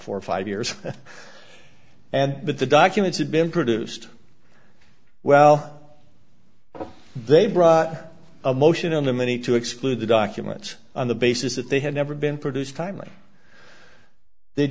four or five years and but the documents have been produced well they brought a motion on the many to exclude the documents on the basis that they had never been produced timely they